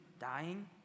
dying